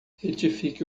retifique